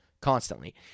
constantly